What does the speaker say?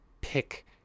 pick